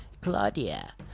Claudia